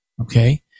okay